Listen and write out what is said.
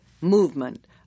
movement